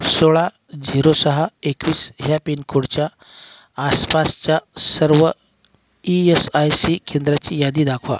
सोळा झिरो सहा एकवीस ह्या पिनकोडच्या आसपासच्या सर्व ई एस आय सी केंद्रांची यादी दाखवा